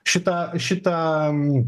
šitą šitą